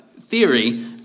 theory